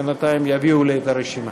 בינתיים יביאו לי את הרשימה.